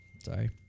Sorry